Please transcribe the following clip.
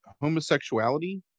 homosexuality